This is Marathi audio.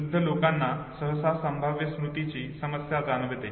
वृद्ध लोकांना सहसा संभाव्य स्मृतीची समस्या जाणवते